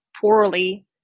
poorly